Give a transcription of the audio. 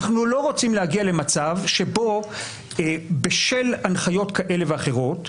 אנחנו לא רוצים להגיע למצב שבו בשל הנחיות כאלה ואחרות,